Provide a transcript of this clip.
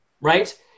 right